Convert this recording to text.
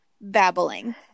babbling